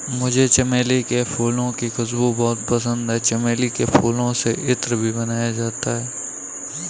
मुझे चमेली के फूलों की खुशबू बहुत पसंद है चमेली के फूलों से इत्र भी बनाया जाता है